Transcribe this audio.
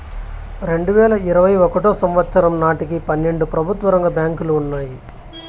రెండువేల ఇరవై ఒకటో సంవచ్చరం నాటికి పన్నెండు ప్రభుత్వ రంగ బ్యాంకులు ఉన్నాయి